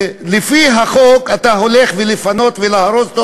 שלפי החוק אתה הולך לפנות ולהרוס,